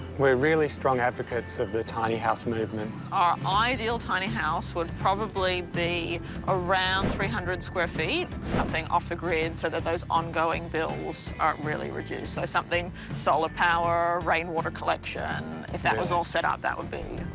we're really strong advocates of the tiny house movement. our ideal tiny house would probably be around three hundred square feet, something off the grid so that those ongoing bills are really reduced. so something solar power, rainwater collection. yeah. if that was all set up, that would be